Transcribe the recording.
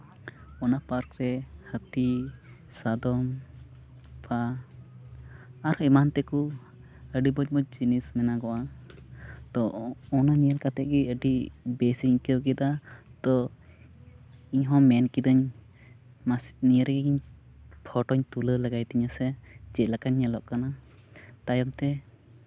ᱚᱱᱟ ᱯᱟᱨᱠ ᱨᱮ ᱦᱟᱹᱛᱤ ᱥᱟᱫᱚᱢ ᱵᱟ ᱟᱨᱚ ᱮᱢᱟᱱ ᱛᱮᱠᱚ ᱟᱹᱰᱤ ᱢᱚᱡᱽ ᱢᱚᱡᱽ ᱡᱤᱱᱤᱥ ᱢᱮᱱᱟᱜᱚᱜᱼᱟ ᱛᱳ ᱚᱱᱟ ᱧᱮᱞ ᱠᱟᱛᱮᱫ ᱜᱮ ᱟᱹᱰᱤ ᱵᱮᱥᱤᱧ ᱟᱹᱭᱠᱟᱹᱣ ᱠᱮᱫᱟ ᱛᱳ ᱤᱧᱦᱚᱸ ᱢᱮᱱ ᱠᱤᱫᱟᱹᱧ ᱢᱟᱥᱮ ᱱᱤᱭᱟᱹ ᱨᱮᱜᱮ ᱯᱷᱳᱴᱳᱧ ᱛᱩᱞᱟᱹᱣ ᱞᱟᱜᱟᱣ ᱛᱤᱧᱟ ᱥᱮ ᱪᱮᱫ ᱞᱮᱠᱟᱧ ᱧᱮᱞᱚᱜ ᱠᱟᱱᱟ ᱛᱟᱭᱚᱢ ᱛᱮ